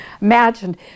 imagined